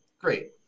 Great